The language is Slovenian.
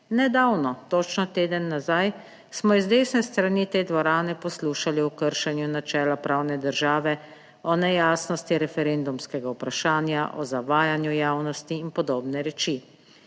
Nedavno, točno teden nazaj, smo iz desne strani te dvorane poslušali o kršenju načela pravne države, o nejasnosti referendumskega vprašanja, o zavajanju javnosti in podobne reči.